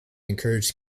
encouraged